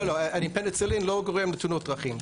לא, הפניצילין לא גורם לתאונות דרכים.